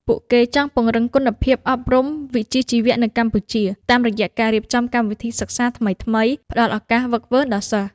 ពួកគេចង់ពង្រឹងគុណភាពអប់រំវិជ្ជាជីវៈនៅកម្ពុជា តាមរយៈការរៀបចំកម្មវិធីសិក្សាថ្មីៗ ផ្តល់ឱកាសហ្វឹកហ្វឺនដល់សិស្ស។